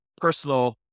personal